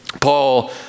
Paul